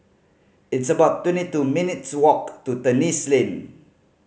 it's about twenty two minutes' walk to Terrasse Lane